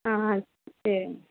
ஆ சரிங்க